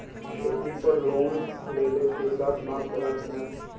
खेती पर लोन लेला के बाद माफ़ होला की ना?